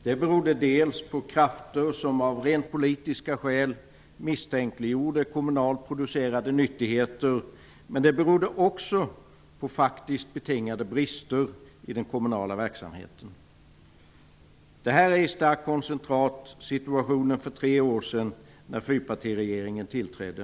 Det berodde dels på krafter som av rent politiska skäl misstänkliggjorde kommunalt producerade nyttigheter, dels på faktiskt betingade brister i den kommunala verksamheten. Detta är i starkt koncentrat situationen för tre år sedan när fyrpartiregeringen tillträdde.